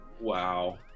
Wow